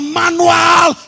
manual